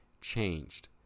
changed